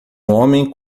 homem